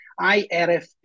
IRFP